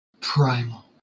primal